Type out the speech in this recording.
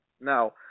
Now